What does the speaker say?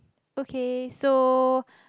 okay so